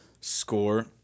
score